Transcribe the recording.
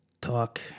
talk